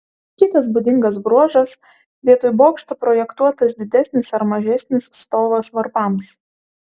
kitas būdingas bruožas vietoj bokšto projektuotas didesnis ar mažesnis stovas varpams